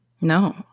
No